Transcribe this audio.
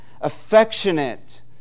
affectionate